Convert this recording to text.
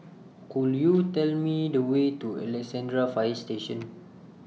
Could YOU Tell Me The Way to Alexandra Fire Station